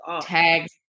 tags